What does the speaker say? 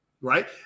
right